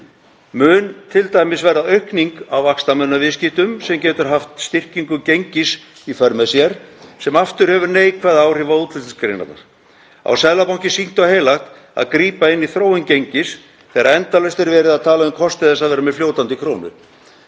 Mun t.d. verða aukning á vaxtamunarviðskiptum sem getur haft styrkingu gengis í för með sér sem aftur hefur neikvæð áhrif á útflutningsgreinarnar? Á Seðlabankinn sýknt og heilagt að grípa inn í þróun gengis þegar endalaust er verið að tala um kosti þess að vera með fljótandi krónu?